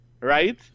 right